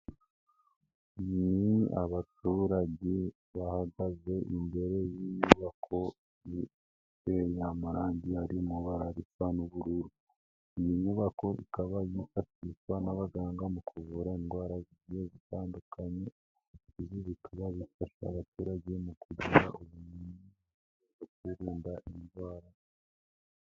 Ni abaturage bahagaze imbere y'inyubako iteye amarangi ari mu ibara risa uburudu. Iyi nyubako ikaba yifashishwa n'abaganga mu kuvura indwara zigiye zitandukanye, bikaba bifasha abaturage mu kugira ubumenyi bwo kwirinda indwara.